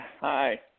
Hi